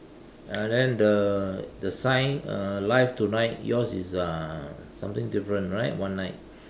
uh then the the sign uh live tonight yours is uh something different right one night